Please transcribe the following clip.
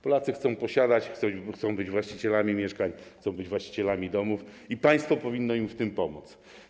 Polacy chcą posiadać, chcą być właścicielami mieszkań, chcą być właścicielami domów i państwo powinno im w tym pomóc.